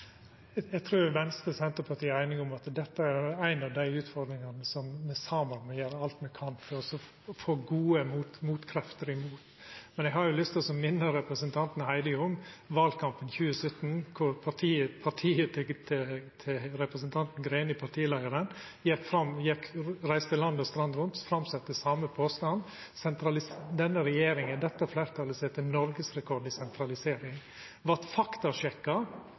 Eg trur Venstre og Senterpartiet er einige om at dette er ei av dei utfordringane der me saman må gjera alt me kan for å få gode motkrefter. Men eg har lyst til å minna representanten Greni om valkampen i 2017, då partiet til representanten Greni og partileiaren reiste land og strand rundt og sette fram den same påstanden – at denne regjeringa, dette fleirtalet, set noregsrekord i sentralisering. Det vart faktasjekka